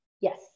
Yes